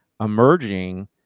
emerging